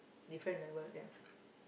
different level ya